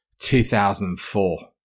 2004